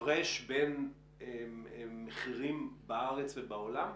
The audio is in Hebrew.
הפרש בין מחירים בארץ למחירים בעולם?